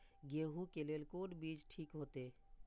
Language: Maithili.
गेहूं के लेल कोन बीज ठीक होते?